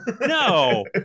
No